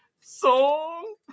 song